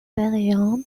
péréandre